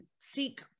seek